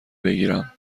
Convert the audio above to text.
بگیرم